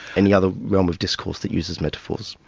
any other realm of discourse that uses metaphors.